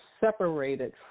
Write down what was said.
separated